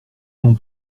non